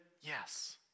yes